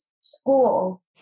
school